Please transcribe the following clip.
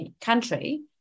country